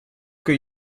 kun